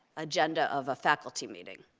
agenda of a faculty meeting.